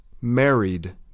married